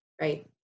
right